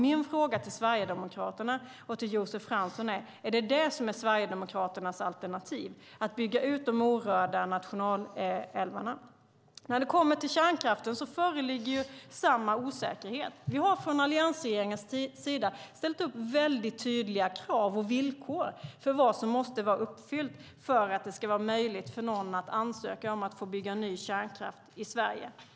Min fråga till Sverigedemokraterna och till Josef Fransson är: Är det Sverigedemokraternas alternativ att bygga ut de orörda nationalälvarna? När det kommer till kärnkraften föreligger samma osäkerhet. Alliansregeringen har ställt upp mycket tydliga krav och villkor för vad som måste vara uppfyllt för att det ska vara möjligt för någon att ansöka om att få bygga ny kärnkraft i Sverige.